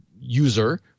user